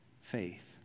faith